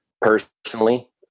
personally